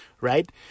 right